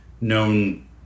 known